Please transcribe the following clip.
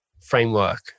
framework